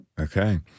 Okay